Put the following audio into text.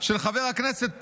של חבר הכנסת פינדרוס.